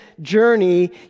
journey